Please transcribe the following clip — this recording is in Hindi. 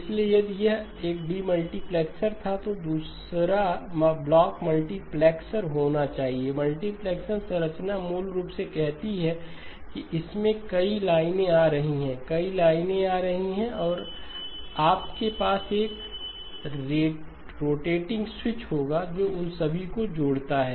इसलिए यदि यह एक डीमल्टीप्लेक्सर था तो दूसरा ब्लॉक मल्टीप्लेक्सर होना चाहिए मल्टीप्लेक्सर संरचना मूल रूप से कहती है कि इसमें कई लाइनें आ रही हैं कई लाइनें आ रही हैं और आपके पास एक रोटेटिंग स्विच होगा जो उन सभी को जोड़ता है